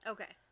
Okay